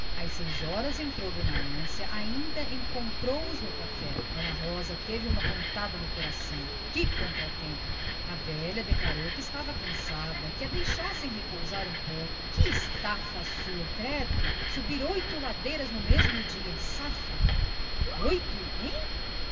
seis horas entrou d amância ainda os encontrou no café ana rosa teve uma pontada no coração que contratempo a velha declarou que estava cansada vinha ofegante pediu que a deixassem repousar um pouco que estafa a sua credo subir oito ladeiras no mesmo dia oito hein e